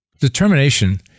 Determination